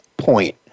Point